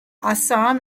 assam